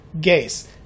Gays